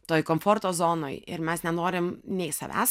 toj komforto zonoj ir mes nenorim nei savęs